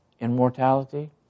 immortality